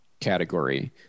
category